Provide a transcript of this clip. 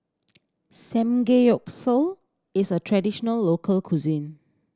samgeyopsal is a traditional local cuisine